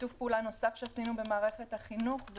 שיתוף פעולה נוסף שעשינו עם מערכת החינוך הוא